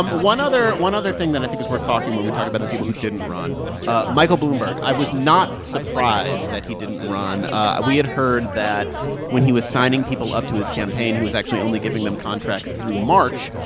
one other one other thing that i think is worth talking when we talk about the people who didn't run ah michael bloomberg. i was not surprised that he didn't run. we had heard that when he was signing people up to his campaign, he was actually only giving them contracts through march.